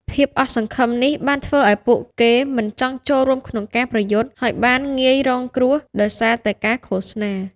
ភាពអស់សង្ឃឹមនេះបានធ្វើឲ្យពួកគេមិនចង់ចូលរួមក្នុងការប្រយុទ្ធ ហើយបានងាយរងគ្រោះដោយសារតែការឃោសនា។